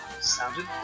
sounded